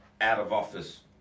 out-of-office